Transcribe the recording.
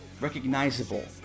recognizable